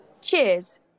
Cheers